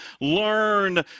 learn